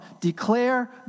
Declare